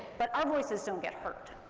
but our voices don't get heard.